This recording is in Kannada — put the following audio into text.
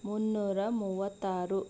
ಮುನ್ನೂರ ಮೂವತ್ತಾರು